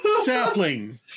Sapling